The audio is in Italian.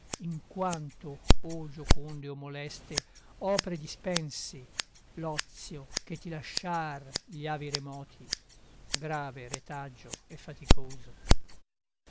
in quanto o gioconde o moleste opre dispensi l'ozio che ti lasciàr gli avi remoti grave retaggio e faticoso